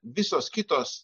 visos kitos